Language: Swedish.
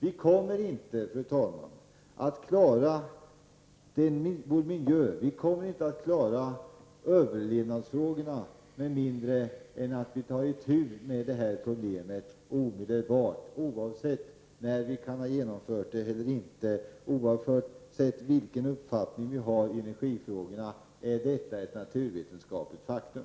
Vi kommer inte att klara vår miljö och överlevnadsfrågorna med mindre än att vi tar itu med problemet omedelbart, oavsett när det kan bli genomfört. Oavsett vilken uppfattning vi har i energifrågan är detta ett naturvetenskapligt faktum.